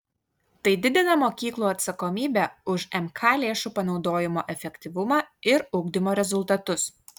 tai didina mokyklų atsakomybę už mk lėšų panaudojimo efektyvumą ir ugdymo rezultatus